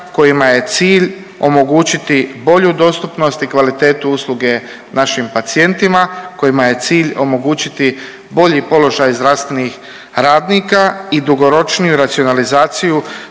kojima je cilj omogućiti bolju dostupnost i kvalitetu usluge našim pacijentima kojima je cilj omogućiti bolji položaj zdravstvenih radnika i dugoročniju racionalizaciju